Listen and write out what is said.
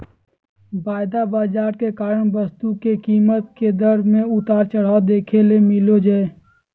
वायदा बाजार के कारण वस्तु कीमत के दर मे उतार चढ़ाव देखे ले मिलो जय